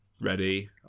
ready